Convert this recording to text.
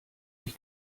ich